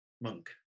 monk